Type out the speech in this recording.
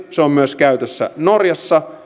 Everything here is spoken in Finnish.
myös norjassa